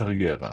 קריירה